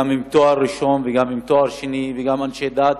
גם עם תואר ראשון וגם עם תואר שני, והם גם אנשי דת